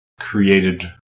created